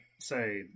say